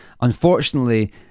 unfortunately